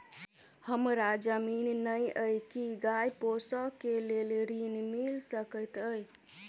हमरा जमीन नै अई की गाय पोसअ केँ लेल ऋण मिल सकैत अई?